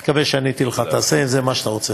אני מקווה שעניתי לך, תעשה עם זה מה שאתה רוצה.